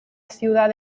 ciudad